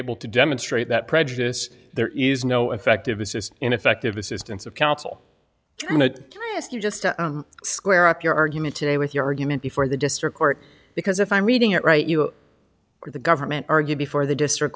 able to demonstrate that prejudice there is no effective assist ineffective assistance of counsel i ask you just to square up your argument today with your argument before the district court because if i'm reading it right you are the government argued before the district